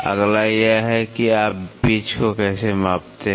अगला यह है कि आप पिच को कैसे मापते हैं